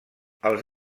els